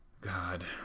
God